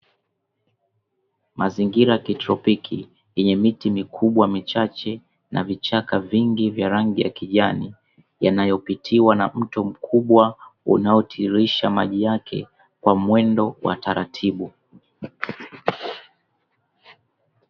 Mzingira ya kitropiki yenye miti mikubwa michache na vichaka vingi vya rangi ya kijani yanayo pitiwa na mto mkubwa, unao tiririsha maji yake kwa mwendo wa taratibu.